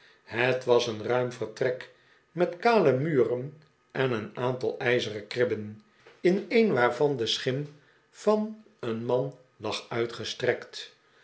het was een ruim vertrek met kale muren en een aantal ijzeren kribben in een waarvan de schim van een man lag uitgestrekt